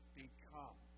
become